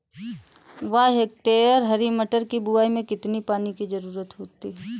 एक हेक्टेयर हरी मटर की बुवाई में कितनी पानी की ज़रुरत होती है?